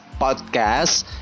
podcast